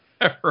Right